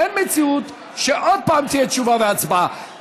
אין מציאות שעוד פעם תהיה תשובה והצבעה.